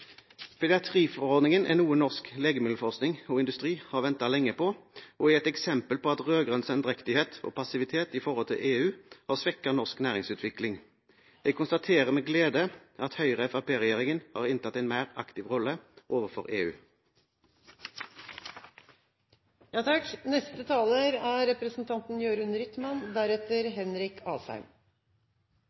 er noe norsk legemiddelforskning og -industri har ventet lenge på, og er et eksempel på at rød-grønn sendrektighet og passivitet i forholdet til EU har svekket norsk næringsutvikling. Jeg konstaterer med glede at Høyre–Fremskrittsparti-regjeringen har inntatt en mer aktiv rolle overfor